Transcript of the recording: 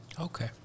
Okay